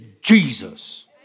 Jesus